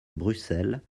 bruxelles